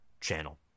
channel